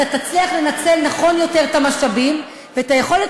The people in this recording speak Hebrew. אתה תצליח לנצל נכון יותר את המשאבים ואת היכולת